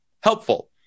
helpful